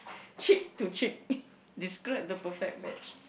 cheek to cheek describe the perfect match